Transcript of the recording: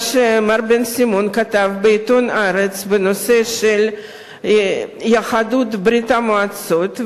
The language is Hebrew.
מה שמר בן-סימון כתב בעיתון "הארץ" בנושא של יהדות ברית-המועצות,